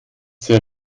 sehr